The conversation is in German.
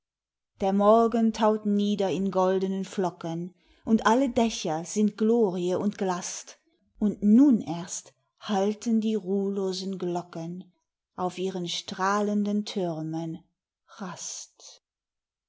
der morgen taut nieder in goldenen flocken und alle dächer sind glorie und glast und nun erst halten die ruhlosen glocken auf ihren strahlenden türmen rast